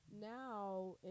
Now